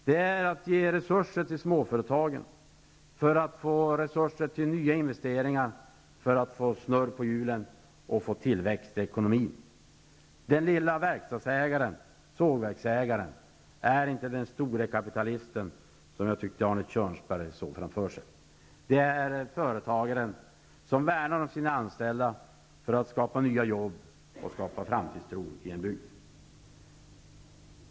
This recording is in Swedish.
Det är fråga om att ge resurser till småföretagen för att få resurser till nya investeringar, för att få snurr på hjulen och få tillväxt i ekonomin. Den lille verkstadsägaren eller sågverksägaren är inte den store kapitalist som jag tyckte att Arne Kjörnsberg såg framför sig. Det är en företagare som värnar om sina anställda för att skapa nya jobb och skapa framtidstro i en bygd.